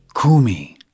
Kumi